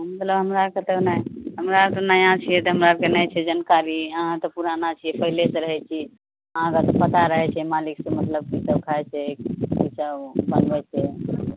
मतलब हमरा आरके तऽ हमरा आरके नया छियै तऽ हमरा आरके नहि छै जानकारी अहाँ तऽ पुराना छियै पहिले सँ रहै छी अहाँके तऽ पता रहै छै मालिक सँ मतलब की सब खाइ छै की बनबै छै